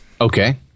Okay